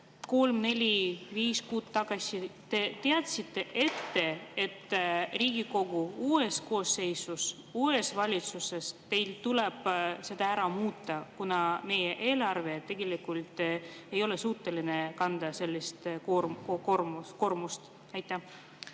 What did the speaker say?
viis kuud tagasi te teadsite ette, et Riigikogu uues koosseisus, uues valitsuses teil tuleb see ära muuta, kuna meie eelarve tegelikult ei ole suuteline kandma sellist koormust? Suur